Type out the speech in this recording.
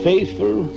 Faithful